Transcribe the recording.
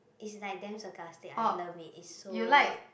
is like damn sarcastic I love it is so